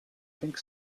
think